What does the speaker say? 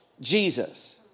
Jesus